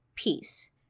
peace